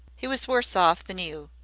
he was worse off than you.